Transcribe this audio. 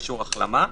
אישור החלמה.